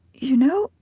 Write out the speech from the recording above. you know,